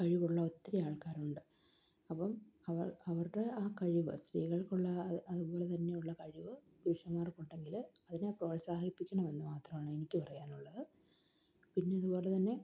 കഴിവുള്ള ഒത്തിരി ആൾക്കാരുണ്ട് അപ്പം അവർ അവരുടെ ആ കഴിവ് സ്ത്രീകൾക്കുള്ള അതുപോലെ തന്നെയുള്ള കഴിവ് പുരുഷന്മാർക്കുണ്ടെങ്കില് അതിനെ പ്രോത്സാഹിപ്പിക്കണമെന്ന് മാത്രമാണ് എനിക്ക് പറയാനുള്ളത് പിന്നെ അതുപോലെ തന്നെ